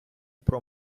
про